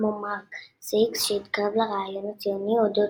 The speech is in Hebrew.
כמו מארק סייקס שהתקרב לרעיון הציוני הודות